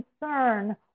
concern